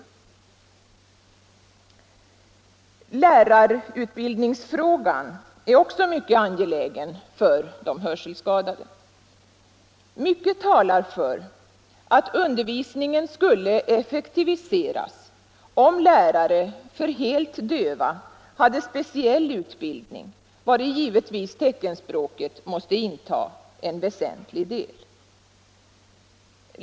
Lärarutbildningsfrågan är också mycket angelägen för de hörselskadade. Mycket talar för att undervisningen skulle effektiviseras om lärare för helt döva hade speciell utbildning där givetvis teckenspråket måste utgöra en väsentlig del.